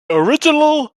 original